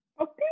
Okay